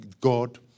God